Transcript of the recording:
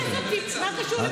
מה קשור לפוליטיקה קטנה?